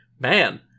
Man